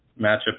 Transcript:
matchup